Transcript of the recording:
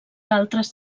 altres